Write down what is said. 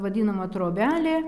vadinama trobelė